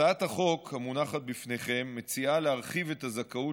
הצעת החוק המונחת בפניכם מציעה להרחיב את הזכאות